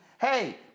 hey